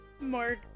more